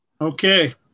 Okay